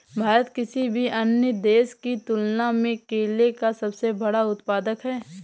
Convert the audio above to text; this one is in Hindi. भारत किसी भी अन्य देश की तुलना में केले का सबसे बड़ा उत्पादक है